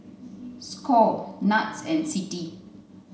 Score NETS and CITI